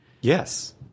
yes